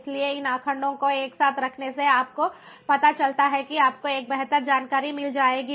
इसलिए इन आंकड़ों को एक साथ रखने से आपको पता चलता है कि आपको एक बेहतर जानकारी मिल जाएगी